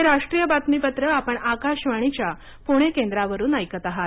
हे राष्ट्रीय बातमीपत्र आपण आकाशवाणीच्या पणे केंद्रावरून ऐकत आहात